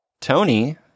Tony